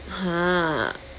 !huh!